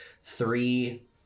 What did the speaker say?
three